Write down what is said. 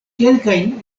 kelkajn